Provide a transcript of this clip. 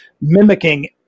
mimicking